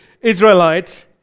Israelites